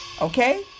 Okay